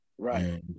Right